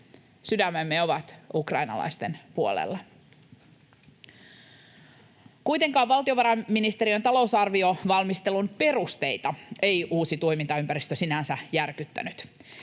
Sydämemme ovat ukrainalaisten puolella. Kuitenkaan valtiovarainministeriön talousarviovalmistelun perusteita ei uusi toimintaympäristö sinänsä järkyttänyt.